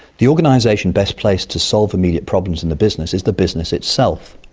the organization best placed to solve immediate problems in the business is the business itself.